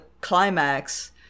climax